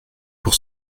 pour